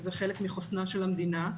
זה חלק מחוסנה של המדינה,